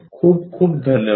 खूप खूप धन्यवाद